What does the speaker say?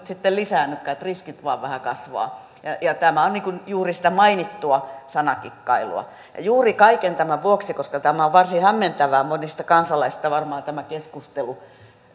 sitten lisäännykään että riskit vain vähän kasvavat tämä on juuri sitä mainittua sanakikkailua juuri kaiken tämän vuoksi koska on varsin hämmentävää monista kansalaisista varmaan tämä keskustelu